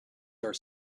are